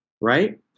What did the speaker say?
right